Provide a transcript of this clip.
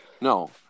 No